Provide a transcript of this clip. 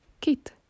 kit